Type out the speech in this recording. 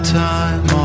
time